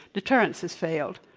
deterrence has failed.